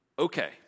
Okay